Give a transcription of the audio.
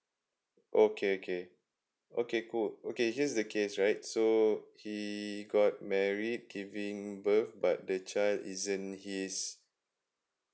okay okay okay cool okay here's the case right so he got married giving birth but the child isn't his